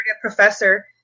professor